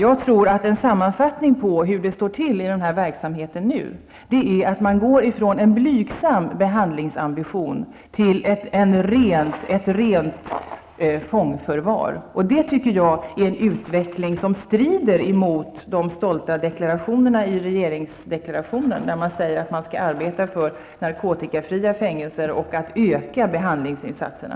Jag tror att en sammanfattning på hur det står till beträffande verksamheten för närvarande är den att man går från en blygsam behandlingsambition till ett rent fångförvar, och detta tycker jag är en utveckling som strider mot de stolta deklarationerna i regeringsdeklarationen, där man säger att man skall arbeta för narkotikafria fängelser och en ökning av behandlingsinsatserna.